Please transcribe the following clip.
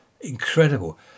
Incredible